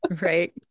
right